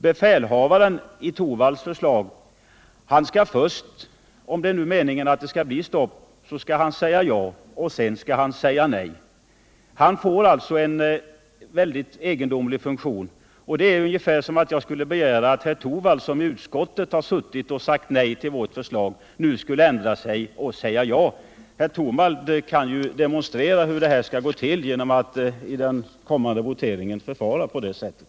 Befälhavaren skall enligt herr Torwalds förslag, om det nu är meningen att arbetet skall avbrytas, först säga ja och sedan säga nej. Han får alltså en mycket egendomlig funktion. Det är ungefär som om jag skulle begära att herr Torwald, som i utskottet sagt nej till vårt förslag, nu skulle ändra sig och tillstyrka det. Herr Torwald kunde kanske demonstrera hur detta skall gå till genom att i den kommande voteringen förfara på det sättet.